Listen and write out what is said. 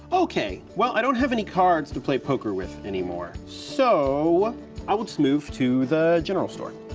okay, well i don't have any cards to play poker with anymore, so i will just move to the general store. ah,